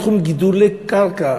מתחום גידולי קרקע